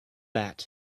bat